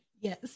Yes